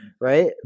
right